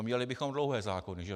Měli bychom dlouhé zákony, že?